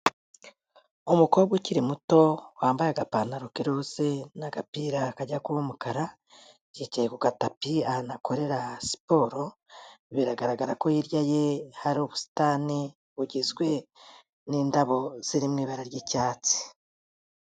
Umukobwa ukiri muto wambaye agapantaro k'iroze n'agapira kajya kuba umukara, yicaye ku gatapi ahantu akorera siporo, biragaragara ko hirya ye hari ubusitani bugizwe n'indabo ziri mu ibara ry'icyatsi.